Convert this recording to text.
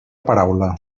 paraula